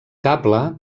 cable